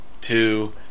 two